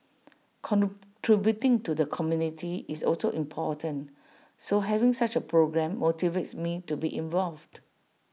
contributing to the community is also important so having such A programme motivates me to be involved